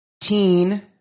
Teen